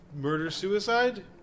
murder-suicide